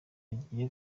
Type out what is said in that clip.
igiye